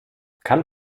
kann